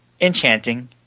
enchanting